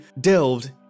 delved